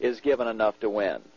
is given enough to win